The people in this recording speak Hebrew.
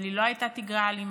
אבל היא לא הייתה תגרה אלימה.